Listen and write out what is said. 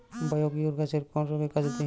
Biocure গাছের কোন রোগে কাজেদেয়?